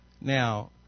Now